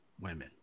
women